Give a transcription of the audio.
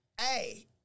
hey